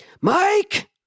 Mike